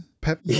Pepe